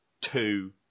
two